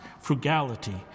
frugality